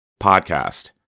podcast